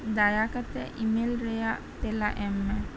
ᱫᱟᱭᱟ ᱠᱟᱛᱮᱫ ᱤᱢᱮᱞ ᱨᱮᱭᱟᱜ ᱛᱮᱞᱟ ᱮᱢ ᱢᱮ